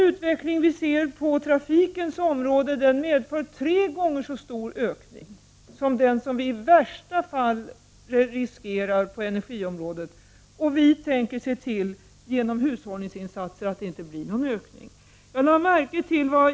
Utvecklingen på trafikens område kommer att medföra tre gånger så stor ökning som den som vi i värsta fall riskerar på energiområdet. Genom hushållningsinsatser tänker vi se till att det inte blir någon ökning.